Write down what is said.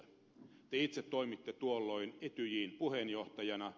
te itse toimitte tuolloin etyjin puheenjohtajana